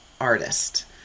artist